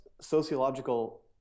sociological